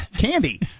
candy